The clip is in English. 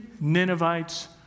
Ninevites